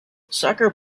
soccer